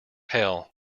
hell